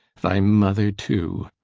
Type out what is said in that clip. thy mother too.